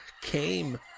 came